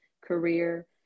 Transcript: career